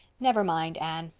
never mind, anne.